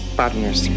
partners